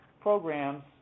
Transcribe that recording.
programs